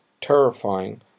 terrifying